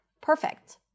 perfect